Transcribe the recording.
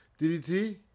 DDT